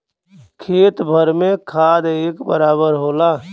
खेत भर में खाद एक बराबर होला